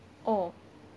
oh